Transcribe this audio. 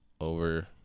over